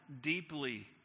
deeply